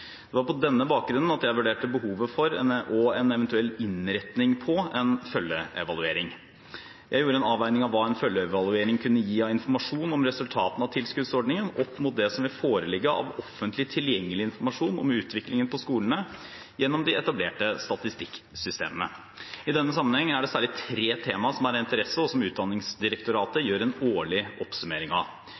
Det var på denne bakgrunn at jeg vurderte behovet for og en eventuell innretning på en følgeevaluering. Jeg gjorde en avveining av hva en følgeevaluering kunne gi av informasjon om resultatene av tilskuddsordningen, opp mot det som vil foreligge av offentlig tilgjengelig informasjon om utviklingen på skolene gjennom de etablerte statistikksystemene. I denne sammenheng er det særlig tre tema som er av interesse, og som Utdanningsdirektoratet gjør en årlig oppsummering av.